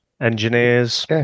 engineers